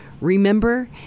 Remember